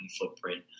footprint